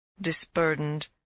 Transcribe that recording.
disburdened